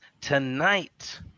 tonight